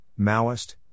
Maoist